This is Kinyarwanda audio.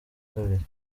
kabili